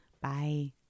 Bye